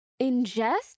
ingest